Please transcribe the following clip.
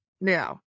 Now